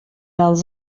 als